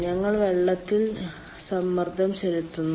ഞങ്ങൾ വെള്ളത്തിൽ സമ്മർദ്ദം ചെലുത്തുന്നു